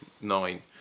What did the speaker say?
Nine